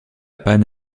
panne